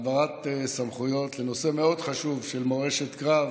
העברת סמכויות בנושא מאוד חשוב, מורשת קרב,